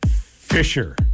Fisher